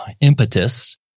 impetus